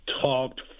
talked